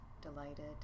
delighted